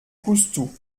coustou